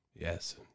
Yes